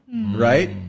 Right